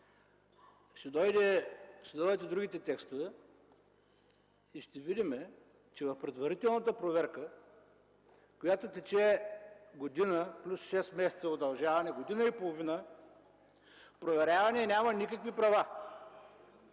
Ще дойдат и другите текстове и ще видим, че в предварителната проверка, която тече година плюс шест месеца удължаване, година и половина проверяваният няма никакви права.